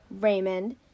Raymond